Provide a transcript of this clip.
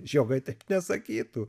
žiogai taip nesakytų